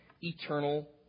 eternal